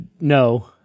no